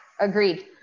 Agreed